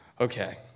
Okay